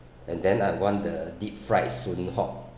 and then I want the deep fried soon hock